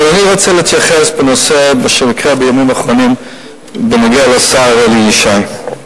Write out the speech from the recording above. אבל אני רוצה להתייחס לנושא שעלה בימים האחרונים בנוגע לשר אלי ישי.